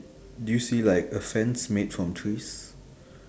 do you see like a fence made from trees